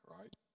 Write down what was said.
right